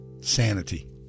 Sanity